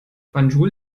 banjul